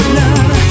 love